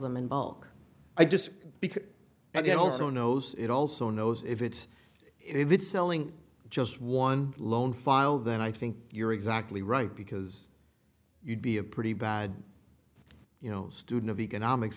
them in bulk i just because you have also knows it also knows if it's if it's selling just one loan file then i think you're exactly right because you'd be a pretty bad you know student of economics